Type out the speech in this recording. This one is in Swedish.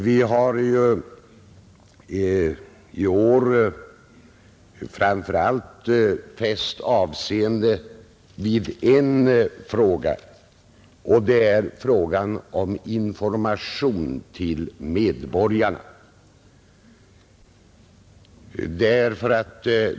Vi har i år framför allt fäst avseende vid en fråga, nämligen spörsmålet om information till medborgarna.